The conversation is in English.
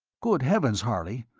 good heavens, harley,